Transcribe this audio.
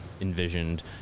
envisioned